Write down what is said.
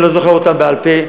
אני לא זוכר אותם בעל-פה,